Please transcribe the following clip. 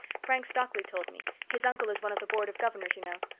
frank stockley told me his uncle is one of the board of governors, you know.